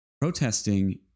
Protesting